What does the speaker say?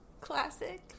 Classic